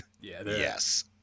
yes